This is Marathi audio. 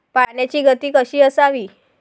पाण्याची गती कशी असावी?